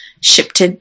shipped